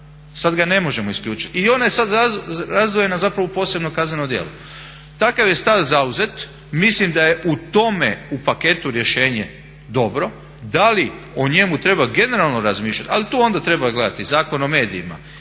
sad ga ne možemo isključiti i ona je sad razdvojena zapravo u posebno kazneno djelo. Takav je stav zauzet, mislim da je u tome u paketu rješenje dobro. Da li o njemu treba generalno razmišljat, ali tu onda treba gledat i Zakon o medijima